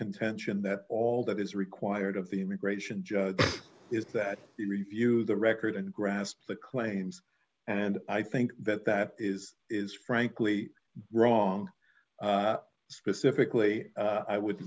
contention that all that is required of the immigration judge is that we review the record and grasp the claims and i think that that is is frankly wrong specifically